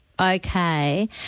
Okay